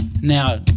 Now